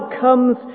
comes